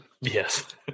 Yes